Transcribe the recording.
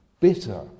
bitter